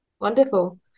Wonderful